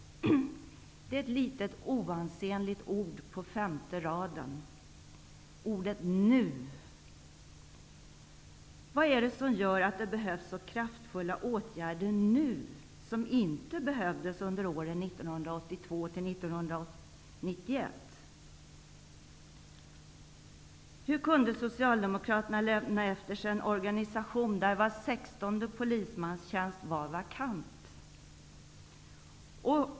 Det är ett litet oansenligt ord på femte raden: nu. Vad är det som gör att det behövs så kraftfulla åtgärder nu som inte behövdes under åren 1982 till 1991? Hur kunde Socialdemokraterna lämna efter sig en organisation där var 16:e polismanstjänst är vakant?